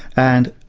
and,